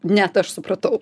net aš supratau